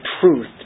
truth